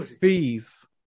fees